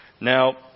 Now